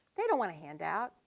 they don't want a handout,